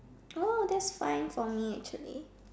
oh that's fine for me actually